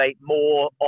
more